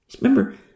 Remember